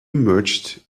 emerged